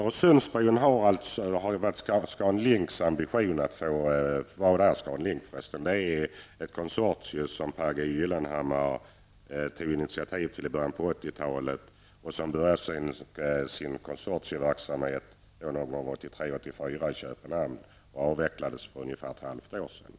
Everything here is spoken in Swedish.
Det var Per G Gyllenhammar som i början av 80 talet tog initiativ till Scan Link-konsortiet. Köpenhamn och avslutades för ungefär ett halvår sedan.